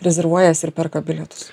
rezervuojasi ir perka bilietus